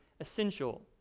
essential